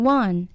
one